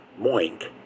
Moink